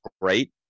great